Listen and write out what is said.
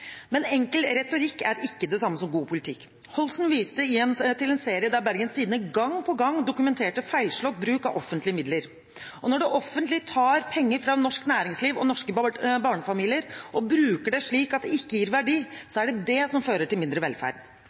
Men enkel retorikk er ikke det samme som god politikk. Holsen viste til en serie der Bergens Tidende gang på gang dokumenterte feilslått bruk av offentlige midler. Når det offentlige tar penger fra norsk næringsliv og norske barnefamilier og bruker dem slik at de ikke gir verdi, er det det som fører til mindre velferd.